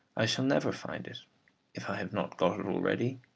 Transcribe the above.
i shall never find it if i have not got it already,